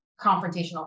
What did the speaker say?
confrontational